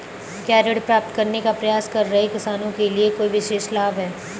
क्या ऋण प्राप्त करने का प्रयास कर रहे किसानों के लिए कोई विशेष लाभ हैं?